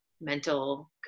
mental